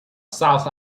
south